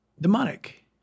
Demonic